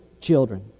children